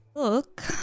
look